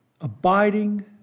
abiding